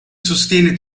sostiene